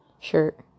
shirt